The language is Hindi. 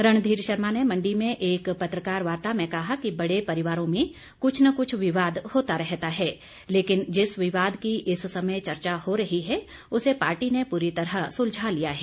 रणधीर शर्मा ने मण्डी में एक पत्रकार वार्ता में कहा कि बड़े परिवारों में कुछ न कुछ विवाद होता रहता है लेकिन जिस विवाद की इस समय चर्चा हो रही है उसे पार्टी ने पूरी तरह सुलझा लिया है